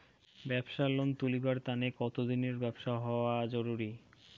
ব্যাবসার লোন তুলিবার তানে কতদিনের ব্যবসা হওয়া জরুরি?